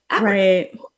Right